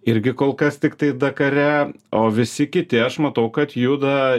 irgi kol kas tiktai dakare o visi kiti aš matau kad juda